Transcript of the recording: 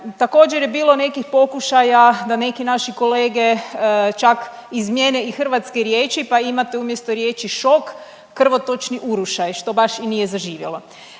Također je bilo nekih pokušaja da neki naši kolega čak izmijene i hrvatske riječi, pa imate umjesto riječi šok, krvotočni urušaj, što baš i nije zaživjelo.